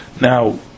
now